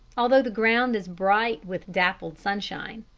although the ground is bright with dappled sunshine.